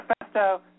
Manifesto